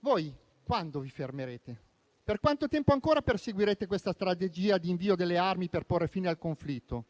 voi quando vi fermerete? Per quanto tempo ancora perseguirete la strategia di invio delle armi per porre fine al conflitto?